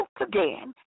again